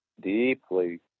deeply